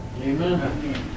Amen